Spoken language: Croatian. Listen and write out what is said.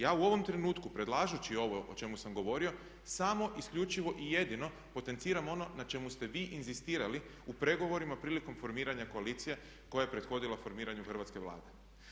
Ja u ovom trenutku predlažući ovo o čemu sam govorio samo, isključivo i jedino potenciram ono na čemu ste vi inzistirali u pregovorima prilikom formiranja koalicije koja je prethodila formiranju hrvatske Vlade.